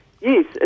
Yes